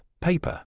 paper